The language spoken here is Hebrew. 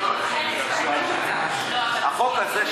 החוק הזה,